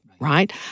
right